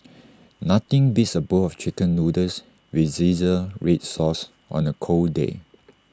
nothing beats A bowl of Chicken Noodles with Zingy Red Sauce on A cold day